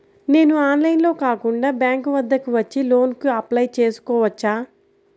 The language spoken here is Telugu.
నేను ఆన్లైన్లో కాకుండా బ్యాంక్ వద్దకు వచ్చి లోన్ కు అప్లై చేసుకోవచ్చా?